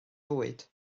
fwyd